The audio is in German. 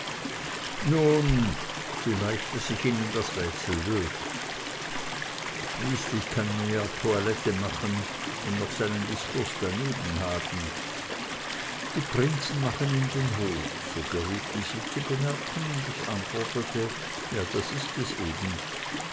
nun vielleicht daß ich ihnen das rätsel löse schließlich kann man ja toilette machen und noch seinen diskurs daneben haben die prinzen machen ihm den hof so geruhten sie zu bemerken und ich antwortete ja das ist es eben